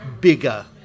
bigger